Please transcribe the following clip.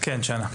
כן, שנה.